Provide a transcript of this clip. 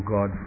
God